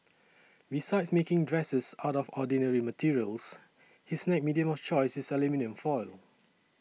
besides making dresses out of ordinary materials his next medium of choice is aluminium foil